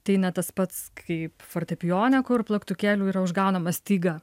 tai ne tas pats kaip fortepijone kur plaktukėliu yra užgaunama styga